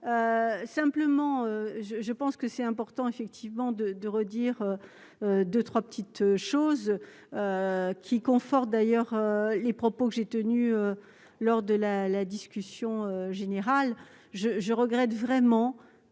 simplement je, je pense que c'est important effectivement de de redire, 2, 3 petites choses qui conforte d'ailleurs les propos que j'ai tenus lors de la discussion générale, je je regrette vraiment